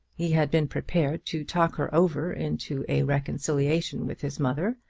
he had been prepared to talk her over into a reconciliation with his mother,